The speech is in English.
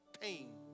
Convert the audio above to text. pain